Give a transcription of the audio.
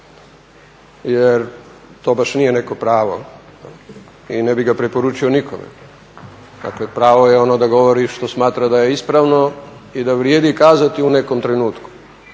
jer to baš nije neko pravo i ne bih ga preporučio nikome. Dakle, pravo je ono da govori što smatra da je ispravno i da vrijedi kazati u nekom trenutku,